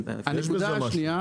יש בזה משהו,